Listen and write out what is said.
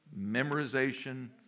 memorization